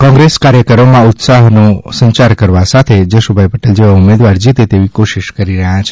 કોંગ્રેસ કાર્યકરોમાં ઊત્સાહનો સંચાર કરવા સાથે જશુભાઇ પટેલ જેવા ઉમેદવાર જીતે તેવી કોશિશ કરી રહ્યા છે